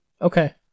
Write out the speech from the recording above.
Okay